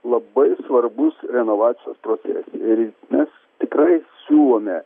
labai svarbus renovacijos procese ir mes tikrai siūlome